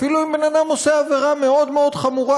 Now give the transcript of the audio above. אפילו אם בן-אדם עושה עבירה מאוד מאוד חמורה.